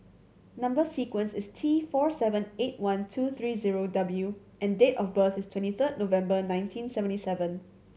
number sequence is T four seven eight one two three zero W and date of birth is twenty third November nineteen seventy seven